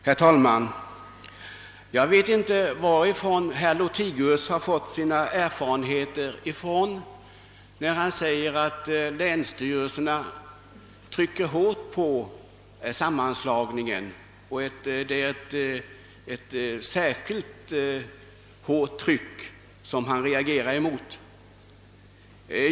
Herr talman! Jag vet inte varifrån herr Lothigius har fått sina erfarenheter när han säger att länsstyrelserna trycker hårt på sammanslagningen och att det är ett särskilt hårt tryck som han reagerar mot.